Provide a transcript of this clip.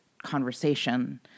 conversation